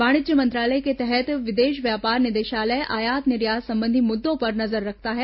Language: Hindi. वाणिज्य मंत्रालय के तहत विदेश व्यापार निदेशालय आयात निर्यात संबंधी मुद्दों पर नजर रखता है